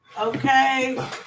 Okay